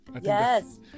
Yes